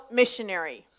missionary